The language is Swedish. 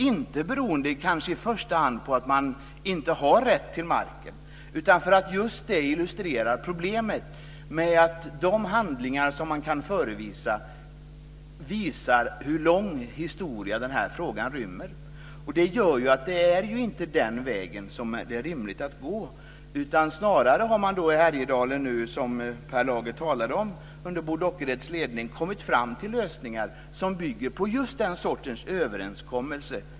Det beror inte i första hand på att man inte har rätt till marken utan för att problemet är att de handlingar som har tagits fram visar hur lång historia frågan rymmer. Detta visar att det inte är rimligt att gå den vägen. Per Lager talade om hur man i Härjedalen, under Bo Dockereds ledning, har kommit fram till lösningar som bygger på överenskommelser.